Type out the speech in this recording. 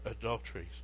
adulteries